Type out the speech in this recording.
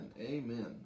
Amen